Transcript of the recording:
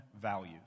values